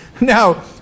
Now